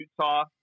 Utah